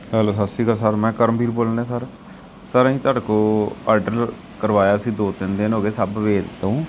hello Sat Shri Akal sir ਮੈਂ ਕਰਮਵੀਰ ਬੋਲਣ ਡਿਆ ਸਰ ਸਰ ਅਸੀਂ ਤੁਹਾਡੇ ਕੋਲ ਆਡਰ ਕਰਵਾਇਆ ਸੀ ਦੋ ਤਿੰਨ ਦਿਨ ਹੋ ਗਏ ਸਬਵੇਅ ਤੋਂ